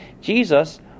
Jesus